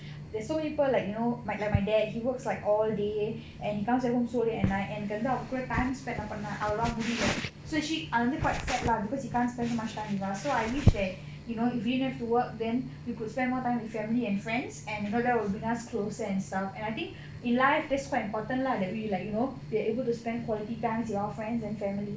there's so people like you know like my dad he works like all day and he comes back home so late and I எனக்கு வந்து அவர்கூட:enakku vandhu avarkooda time spent பண்ண அவ்ளோவா முடில:panna avlovaa mudila so actually quite sad lah because he can't spend so much time with us so I wish that you know if we don't even have to work then we could spend more time with family and friends and you know that will bring us closer and stuff and I think in life that's quite important lah that we like you know they're able to spend quality time to our friends and family